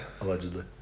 Allegedly